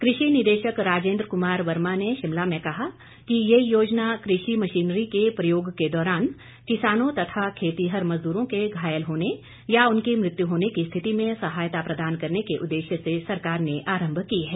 कृषि निदेशक राजेन्द्र कुमार वर्मा ने शिमला में कहा कि ये योजना कृषि मशीनरी के प्रयोग के दौरान किसानों तथा खेतीहर मजदूरों के घायल होने या उनकी मृत्यू होने की स्थिति में सहायता प्रदान करने के उद्देश्य से सरकार ने आरंभ की है